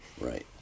Right